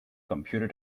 computer